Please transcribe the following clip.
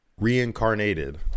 Reincarnated